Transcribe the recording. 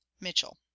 mitchell